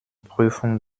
prüfung